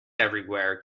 everywhere